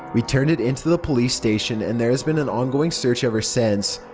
we turned it into the police station and there has been an ongoing search ever since.